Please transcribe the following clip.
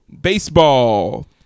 Baseball